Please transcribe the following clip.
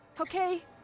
okay